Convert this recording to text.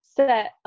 set